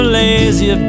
lazy